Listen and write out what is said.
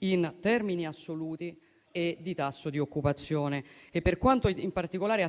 in termini assoluti e di tasso di occupazione. Per quanto attiene in particolare